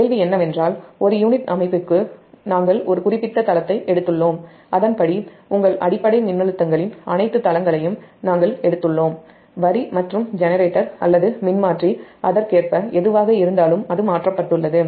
கேள்வி என்னவென்றால் ஒரு யூனிட் அமைப்புக்கு நாம் ஒரு குறிப்பிட்ட தளத்தை எடுத்துள்ளோம் அதன்படி உங்கள் அடிப்படை மின்னழுத்தங்களின் அனைத்து தளங்களையும் நாம் எடுத்துள்ளோம் வரி மற்றும் ஜெனரேட்டர் அல்லது மின்மாற்றி அதற்கேற்ப எதுவாக இருந்தாலும் அது மாற்றப்பட்டுள்ளது